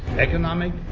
economic,